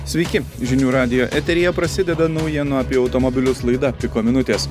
sveiki žinių radijo eteryje prasideda naujienų apie automobilius laida piko minutės